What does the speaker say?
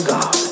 God